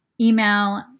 email